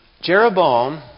Jeroboam